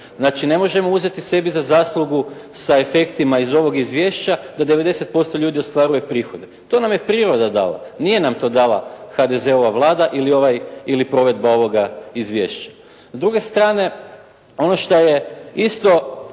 Znači ne možemo uzeti sebi za zaslugu sa efektima sa ovog izvješća da 90% ljudi ostvaruje prihode. To nam je priroda dala. Nije nam to dala HDZ-ova vlada ili provedba ovoga izvješća. S druge strane ono što je isto